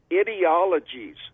ideologies